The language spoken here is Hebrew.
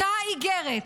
אותה איגרת